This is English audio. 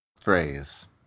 Phrase